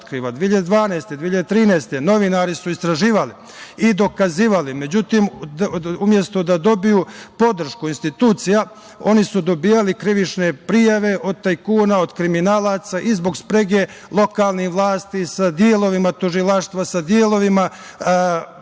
2013. godine, novinari su istraživali i dokazivali, međutim, umesto da dobiju podršku institucija oni su dobijali krivične prijave od tajkuna, kriminalaca i zbog sprege lokalnih vlasti sa delovima tužilaštva, sa delovima policije